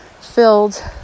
filled